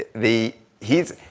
the, he's,